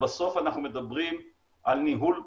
ובסוף אנחנו מדברים על ניהול סיכונים.